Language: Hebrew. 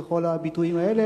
וכל הביטויים האלה,